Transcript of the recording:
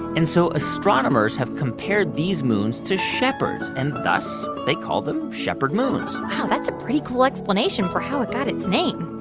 and so astronomers have compared these moons to shepherds. and thus, they call them shepherd moons wow. that's a pretty cool explanation for how it got its name.